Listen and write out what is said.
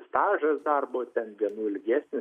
stažas darbo dienų ilgesnis